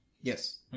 Yes